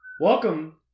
welcome